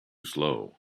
slow